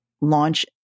launch